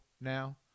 now